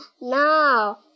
now